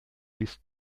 bist